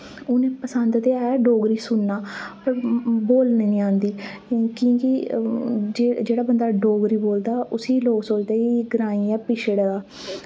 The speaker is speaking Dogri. उनें पसंद ते ऐ डोगरी सुनना पर बोलने निं आंदी कीं कि जे जेह्ड़ा बंदा डोगरी बोलदा उस्सी लोक सोचदे कि ग्राईं ऐ पिशड़ दा